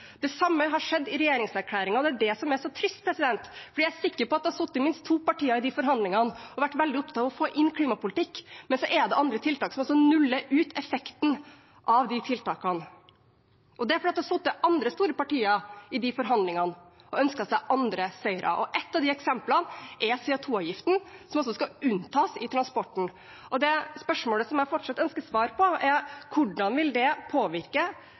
Det samme har skjedd i regjeringserklæringen. Det er det som er så trist. Jeg er sikker på at det har sittet minst to partier i de forhandlingene og vært veldig opptatt av å få inn klimapolitikk, men så er det andre tiltak som nuller ut effekten av de tiltakene. Det er fordi det har sittet andre store partier i de forhandlingene og ønsket seg andre seirer. Et av de eksemplene er CO 2 -avgiften som skal unntas i transporten. Det spørsmålet som jeg fortsatt ønsker svar på, er hvordan det vil påvirke